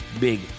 big